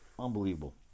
Unbelievable